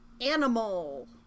Animal